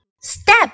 Step